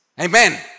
Amen